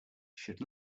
should